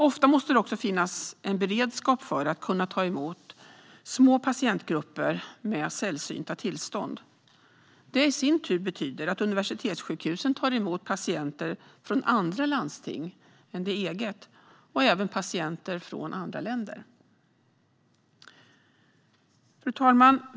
Ofta måste det också finnas beredskap för att kunna ta emot små patientgrupper med sällsynta tillstånd. Det betyder i sin tur att universitetssjukhusen tar emot patienter från andra landsting än det egna och även patienter från andra länder. Fru talman!